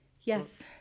Yes